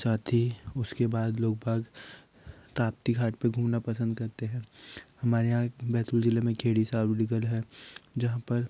साथ ही उसके बाद लोग बाग ताप्ती घाट पे घूमना पसंद करते हैं हमारे यहाँ एक बैतूल जिले में खेड़ी सावलीगढ़ है जहाँ पर